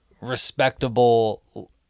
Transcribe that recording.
respectable